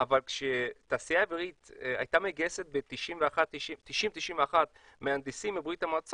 אבל כשהתעשייה האווירית גייסה בשנים 90'-91' מהנדסים מברית המועצות